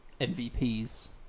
MVPs